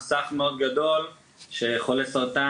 יש סך גדול מאוד של חולי סרטן,